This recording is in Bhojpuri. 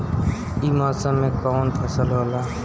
ई मौसम में कवन फसल होला?